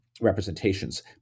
representations